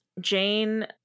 Jane